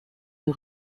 est